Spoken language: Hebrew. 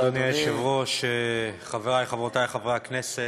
אדוני היושב-ראש, חברי וחברותי חברי הכנסת,